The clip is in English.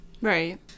Right